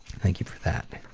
thank you for that.